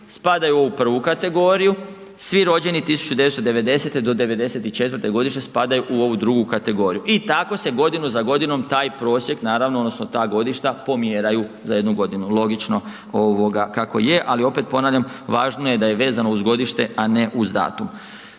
spadaju u ovu prvu kategoriju, svi rođeni 1990. do '94. godine spadaju u ovu drugu kategoriju. I tako se godinu za godinu taj prosjek naravno odnosno ta godišta pomjeraju za jednu godinu, logično ovoga kako je, ali opet ponavljam važno je da je vezano uz godište, a ne uz datum.